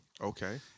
Okay